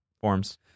forms